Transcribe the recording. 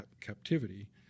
captivity